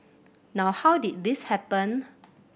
now how did this happen